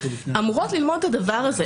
אמורות ללמוד את הדבר הזה.